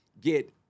get